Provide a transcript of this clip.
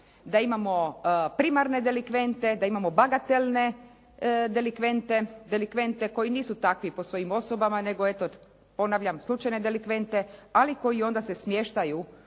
da imamo primarne delikvente, da imamo bagatelne delikvente, delikvente koji nisu takvi po svojim osobama, nego ponavljam slučajne delikvente, ali onda koji se smještaju u